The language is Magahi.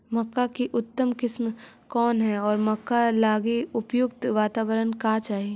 मक्का की उतम किस्म कौन है और मक्का लागि उपयुक्त बाताबरण का चाही?